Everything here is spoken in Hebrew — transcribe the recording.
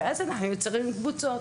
ואז אנחנו יוצרים קבוצות.